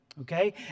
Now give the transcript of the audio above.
okay